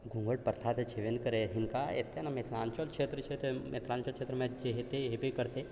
घूँघट प्रथा तऽ छेबे नहि करै हिनका एतऽ नहि मिथिलाञ्चल क्षेत्र छै तऽ मिथिलाञ्चल क्षेत्रमे जे हेतै हेबे करतै